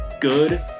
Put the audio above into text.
good